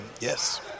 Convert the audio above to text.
Yes